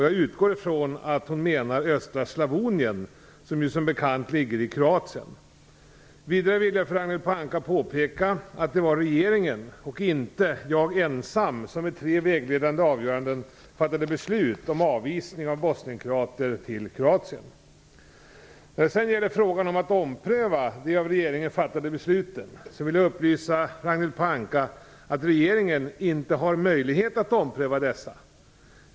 Jag utgår från att hon menar östra Slavonien, som ju ligger i Kroatien. Vidare vill jag för Ragnhild Pohanka påpeka att det var regeringen, inte jag ensam, som i tre vägledande avgöranden fattade beslut om avvisning av bosnien-kroater till Kroatien. När det sedan gäller frågan om att ompröva de av regeringen fattade besluten vill jag upplysa Ragnhild Pohanka om att regeringen inte har möjlighet att ompröva dessa.